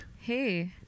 hey